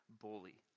bully